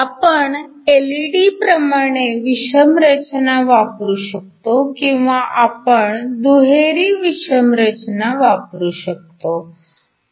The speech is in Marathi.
आपण एलईडीप्रमाणे विषम रचना वापरू शकतो किंवा आपण दुहेरी विषम रचना वापरू शकतो